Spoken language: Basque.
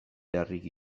beharrik